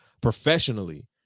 professionally